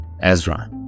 Ezra